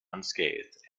unscathed